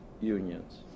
unions